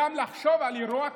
אפילו לחשוב על אירוע כזה,